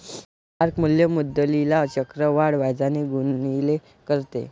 mark मूल्य मुद्दलीला चक्रवाढ व्याजाने गुणिले करते